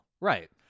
Right